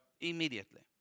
Immediately